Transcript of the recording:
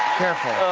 careful.